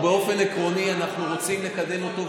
באופן עקרוני אנחנו רוצים לקדם אותו,